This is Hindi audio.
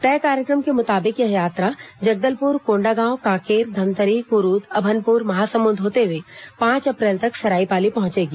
तय कार्यक्रम के मुताबिक यह यात्रा जगदलपुर कोण्डागांव कांकेर धमतरी कुरुद अभनपुर महासमुंद होते हुए पांच अप्रैल तक सराईपाली पहुंचेगी